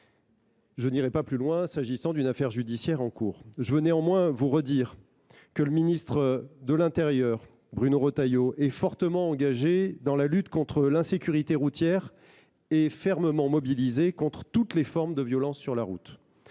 Je n’en dirai pas davantage, s’agissant d’une affaire judiciaire en cours. Je veux néanmoins redire que le ministre de l’intérieur, Bruno Retailleau, est fortement engagé dans la lutte contre l’insécurité routière et fermement mobilisé contre toutes les formes de violence sur la route.